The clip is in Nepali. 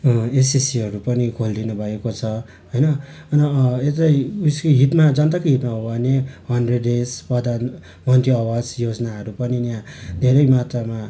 एसएसजीहरू पनि खोलिदिनु भएको छ होइन यता उयसको हितमा जनताको हितमा हो भने हन्ड्रेड डेज प्रधानमन्त्री आवास योजनाहरू पनि यहाँ धेरै मात्रामा